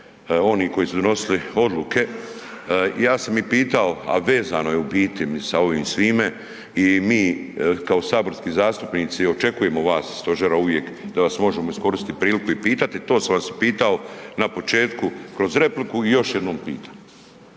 oni koji su donosili odluke, ja sam i pitao, a vezano je u biti sa ovim svime i mi kao saborski zastupnici očekujemo vas iz stožera uvijek da vas možemo iskoristit priliku i pitati, to sam vas i pitao na početku kroz repliku i još jednom pitam.